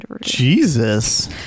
Jesus